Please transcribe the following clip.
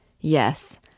Yes